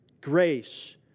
grace